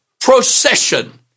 procession